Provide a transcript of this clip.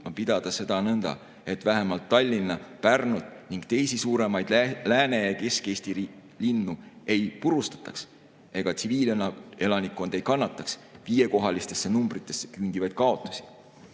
pidada sõda nõnda, et vähemalt Tallinna, Pärnut ning teisi suuremaid Lääne‑ ja Kesk-Eesti linnu ei purustataks ja tsiviilelanikkond ei kannataks viiekohalistesse numbritesse küündivaid kaotusi.